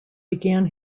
began